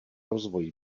rozvoj